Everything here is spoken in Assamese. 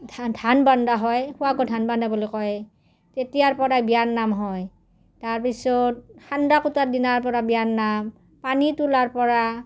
ধান বনা হয় সোৱাগৰ ধান বনা বুলি কয় তেতিয়াৰ পৰা বিয়াৰ নাম হয় তাৰপিছত সান্দহ কুটাৰ দিনাৰপৰা বিয়াৰ নাম পানী তোলাৰপৰা